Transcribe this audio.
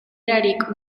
erarik